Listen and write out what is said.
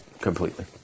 completely